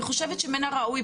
אני חושבת שמין הראוי,